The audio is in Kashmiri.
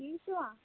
ٹھیٖک چِھوا